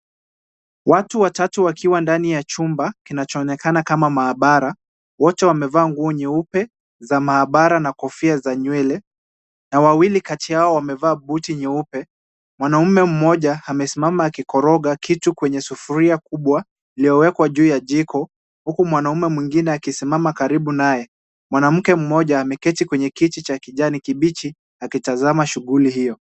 Watu watatu wakiwa ndani ya chumba kinachonekana kama maabara. Wote wamevaa nguo nyeupe za maabara na kofia za nywele na wawili kati yao wamevaa buti nyeupe. Mwanamume mmoja amesimama akikoroga kitu kwenye sufuria kubwa iliyowekwa juu ya jiko, huku mwanamume mwingine akisimama karibu naye. Mwanamke mmoja ameketi kwenye kiti cha kijani kibichi akitazama shughuli hiyo.